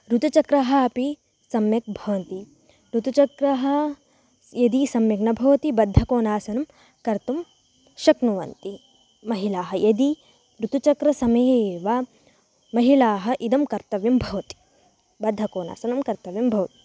ऋतुचक्रः अपि सम्यक् भवन्ति ऋतुचक्रः यदि सम्यक् न भवति बद्धकोनासनं कर्तुं शक्नुवन्ति महिलाः यदि ऋतुचक्रसमये एव महिलाः इदं कर्तव्यं भवति बद्धकोनासनं कर्तव्यं भवति